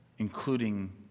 including